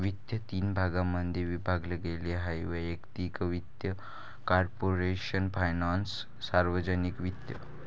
वित्त तीन भागांमध्ये विभागले गेले आहेः वैयक्तिक वित्त, कॉर्पोरेशन फायनान्स, सार्वजनिक वित्त